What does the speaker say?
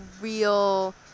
real –